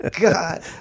God